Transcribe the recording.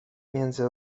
między